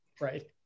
right